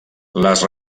les